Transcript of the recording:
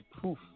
proof